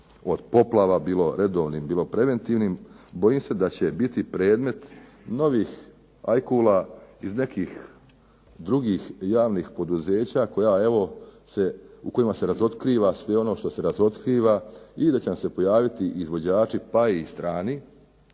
od poplava bilo redovnih bilo preventivnim, bojim se da će biti predmet novih ajkula iz nekih drugih javnih poduzeća u kojima se otkriva sve ono što se otkriva i da će nam se pojaviti izvođači pa i strani,